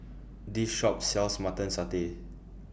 This Shop sells Mutton Satay